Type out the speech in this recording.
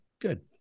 Good